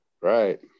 Right